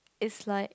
is like